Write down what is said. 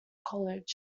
college